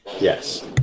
Yes